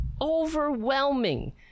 overwhelming